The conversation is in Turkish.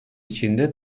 içinde